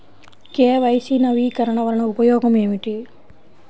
KYC నవీకరణ వలన ఉపయోగం ఏమిటీ?